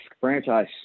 franchise